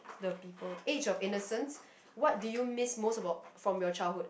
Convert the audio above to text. the people age of innocence what do you miss most about from your childhood